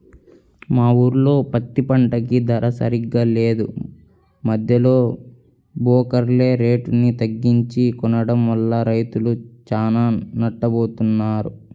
మా ఊర్లో పత్తి పంటకి ధర సరిగ్గా లేదు, మద్దెలో బోకర్లే రేటుని తగ్గించి కొనడం వల్ల రైతులు చానా నట్టపోతన్నారు